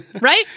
right